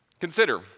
Consider